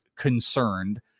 Concerned